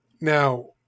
Now